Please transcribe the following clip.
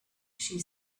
she